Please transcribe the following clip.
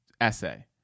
essay